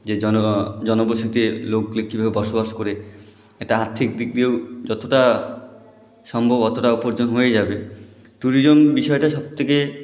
যে জনবসতি লোকগুলো কীভাবে বসবাস করে একটা আর্থিক দিক দিয়েও যতটা সম্ভব অতটা উপার্জন হয়ে যাবে টুরিজম বিষয়টা সব থেকে